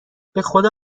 بخدا